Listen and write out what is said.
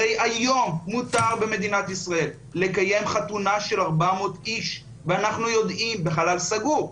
הרי היום מותר במדינת ישראל לקיים חתונה של 400 איש בחלל סגור,